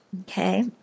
okay